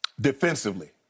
defensively